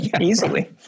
easily